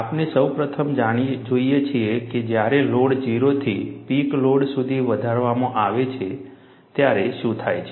આપણે સૌ પ્રથમ જોઈએ છીએ કે જ્યારે લોડ 0 થી પીક લોડ સુધી વધારવામાં આવે છે ત્યારે શું થાય છે